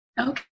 Okay